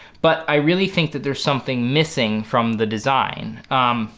but i really think that there's something missing from the design.